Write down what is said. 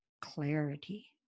clarity